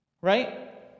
Right